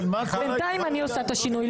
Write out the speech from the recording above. בינתיים אני עושה את השינוי,